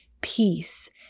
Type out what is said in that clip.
peace